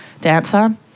dancer